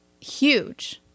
huge